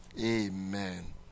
Amen